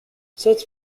such